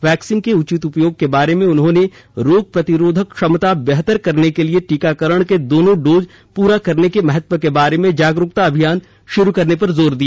vaccine के उचित उपयोग के बारे में उन्होंने रोग प्रतिरोधक क्षमता बेहतर करने के लिए टीकाकरण के दोनों डोज पूरा करने के महत्व के बारे में जागरूकता अभियान शुरू करने पर जोर दिया